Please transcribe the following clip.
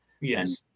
Yes